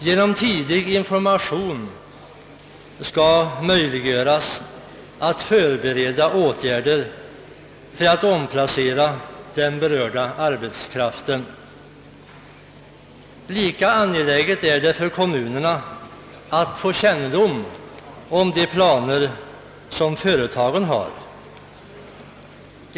Genom tidig information skall möjliggöras att förbereda åtgärder för att omplacera den berörda arbetskraften. Lika angeläget är det för kommunerna att få kännedom om de planer som företagen har i detta avseende.